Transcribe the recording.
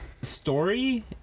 story